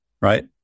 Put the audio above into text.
right